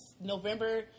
November